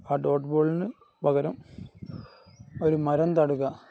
ആ ഡോട്ട്ബോളിനു പകരം ഒരു മരം നടുക